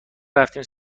رفتیم